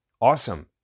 Awesome